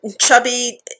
chubby